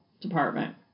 Department